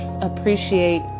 appreciate